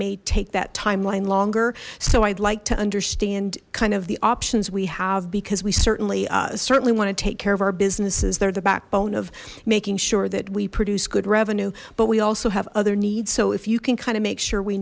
may take that timeline longer so i'd like to understand kind of the options we have because we certainly certainly want to take of our businesses they're the backbone of making sure that we produce good revenue but we also have other needs so if you can kind of make sure we